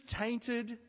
tainted